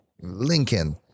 Lincoln